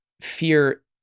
fear